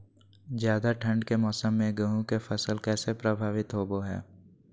ज्यादा ठंड के मौसम में गेहूं के फसल कैसे प्रभावित होबो हय?